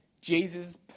Jesus